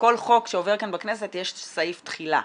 חוק שעובר כאן בכנסת יש סעיף תחילה,